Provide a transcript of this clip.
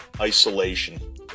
isolation